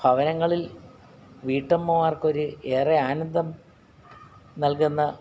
ഭവനങ്ങളിൽ വീട്ടമ്മമാർക്ക് ഒരു ഏറെ ആനന്ദം നൽകുന്ന